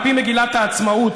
על פי מגילת העצמאות,